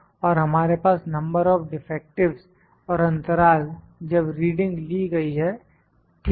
और हमारे पास नंबर ऑफ डिफेक्टिवस् और अंतराल जब रीडिंग ली गई है ठीक है